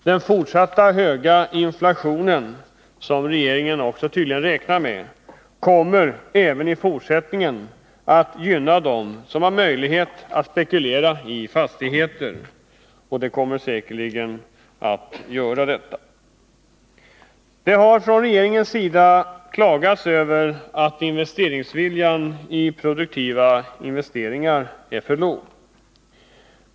Den fortsatta höga inflationen, som regeringen tydligen räknar med, kommer även i fortsättningen att gynna dem som har möjlighet att spekulera i fastigheter. Och det kommer de säkerligen också att göra. Det har från regeringens sida klagats över att viljan till produktiva investeringar är så svag.